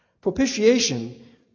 Propitiation